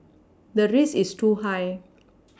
the risk is too high